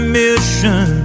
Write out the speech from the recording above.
mission